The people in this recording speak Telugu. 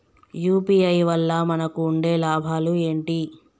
యూ.పీ.ఐ వల్ల మనకు ఉండే లాభాలు ఏంటి?